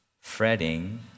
fretting